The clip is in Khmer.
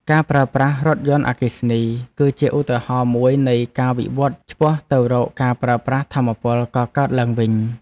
ការប្រើប្រាស់រថយន្តអគ្គិសនី គឺជាឧទាហរណ៍មួយនៃការវិវត្តន៍ឆ្ពោះទៅរកការប្រើប្រាស់ថាមពលកកើតឡើងវិញ។